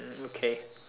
okay